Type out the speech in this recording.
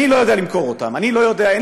אני לא יודע למכור אותם,